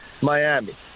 miami